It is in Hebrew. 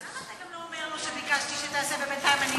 למה אתה לא אומר לו שביקשתי שתיתן ובינתיים אני אמצא את הדף?